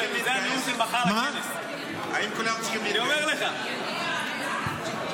האם כולם צריכים להתגייס?